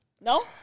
no